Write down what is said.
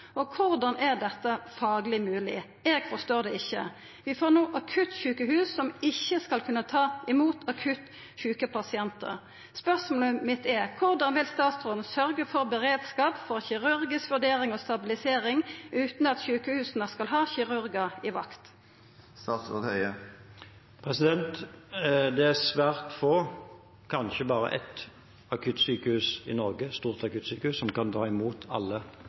Korleis er dette fagleg mogleg? Eg forstår det ikkje. Vi får no akuttsjukehus som ikkje skal kunna ta imot akutt sjuke pasientar. Spørsmålet mitt er: Korleis vil statsråden sørgja for beredskap for kirurgisk vurdering og stabilisering utan at sjukehusa skal ha kirurgar i vakt? Det er svært få store akuttsykehus – kanskje bare ett – i Norge som kan ta imot alle